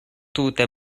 tute